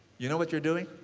you know what you're doing?